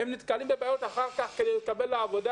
הם נתקלים בבעיות אחר כך כדי להתקבל לעבודה